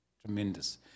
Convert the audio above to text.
Tremendous